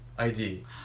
ID